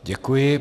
Děkuji.